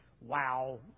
wow